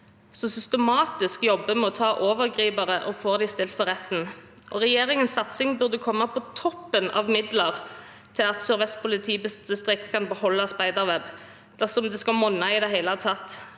som systematisk jobber med å ta overgripere og få dem stilt for retten. Regjeringens satsing burde komme på toppen av midler til at Sør-Vest politidistrikt kan beholde Spiderweb, dersom det skal monne i det hele tatt.